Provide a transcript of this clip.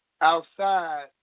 outside